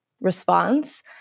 response